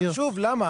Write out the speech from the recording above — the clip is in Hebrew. אבל שוב, למה?